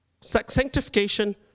sanctification